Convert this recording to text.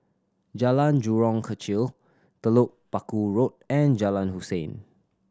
Jalan Jurong Kechil Telok Paku Road and Jalan Hussein